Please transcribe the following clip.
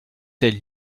telle